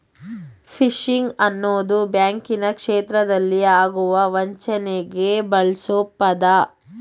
fishing ಅನ್ನೋದು ಬ್ಯಾಂಕಿನ ಕ್ಷೇತ್ರದಲ್ಲಿ ಆಗುವ ವಂಚನೆಗೆ ಬಳ್ಸೊ ಪದ